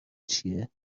چیه